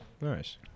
Nice